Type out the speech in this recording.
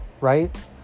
right